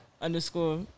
Underscore